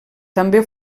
també